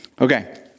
Okay